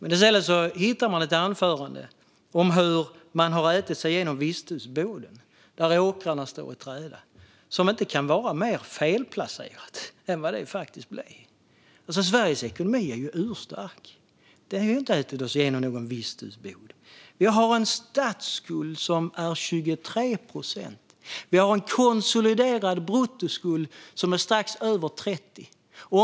I stället hittar hon ett anförande om hur man har ätit sig igenom visthusboden och hur åkrarna står i träda som inte kunde vara mer felplacerat. Sveriges ekonomi är ju urstark. Vi har inte ätit oss igenom någon visthusbod. Vi har en statsskuld på 23 procent och en konsoliderad bruttoskuld på strax över 30 procent.